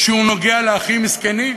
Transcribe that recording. שהוא נוגע בהכי מסכנים,